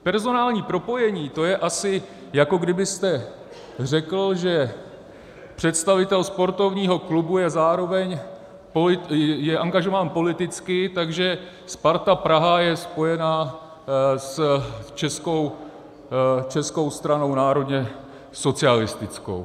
Personální propojení, to je asi, jako kdybyste řekl, že představitel sportovního klubu je zároveň angažován politicky, takže Sparta Praha je spojená s Českou stranou národně socialistickou.